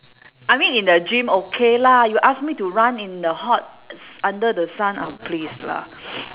I mean in the gym okay lah you ask me to run in the hot under the sun oh please lah